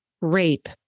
rape